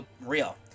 real